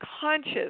conscious